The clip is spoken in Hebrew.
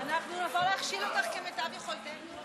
אנחנו נבוא להכשיל אותך כמיטב יכולתנו.